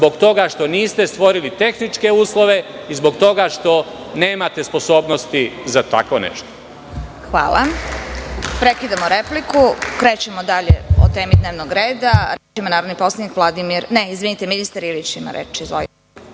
zbog toga što niste stvorili tehničke uslove i zbog toga što nemate sposobnosti za tako nešto. **Vesna Kovač** Hvala. Prekidamo repliku, krećemo dalje o temi dnevnog reda. Reč